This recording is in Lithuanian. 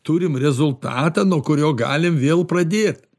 turim rezultatą nuo kurio galim vėl pradėt